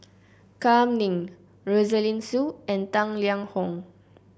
Kam Ning Rosaline Soon and Tang Liang Hong